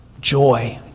joy